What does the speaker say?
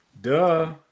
Duh